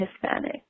Hispanic